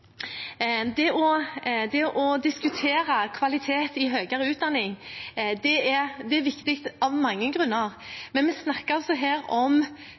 Det å diskutere kvalitet i høyere utdanning er viktig av mange grunner. Men her snakker vi om